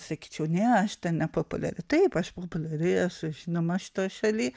sakyčiau ne aš ten nepopuliari taip aš populiari aš žinoma šitoj šalyj